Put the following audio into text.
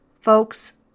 folks